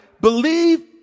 believe